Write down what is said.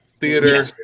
theater